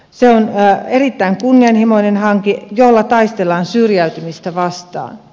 se on erittäin kunnianhimoinen hanke jolla taistellaan syrjäytymistä vastaan